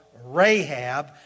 Rahab